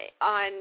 on